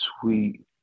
sweet